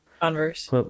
Converse